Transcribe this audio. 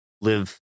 live